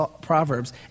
Proverbs